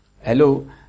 Hello